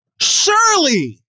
surely